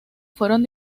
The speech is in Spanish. fueron